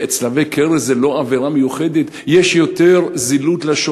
צלבי קרס, זו לא עבירה מיוחדת?